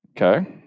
Okay